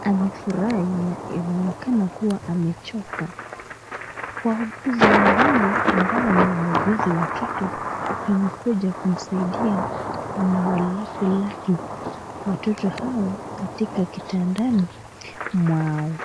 amefurahi na inaonekana kuwa amechoka, wauguzi wawili ambao ni wauguzi wa kike wamekuja kumsaidia kulaki watoto hawa katika kitandani mwao.